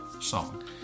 song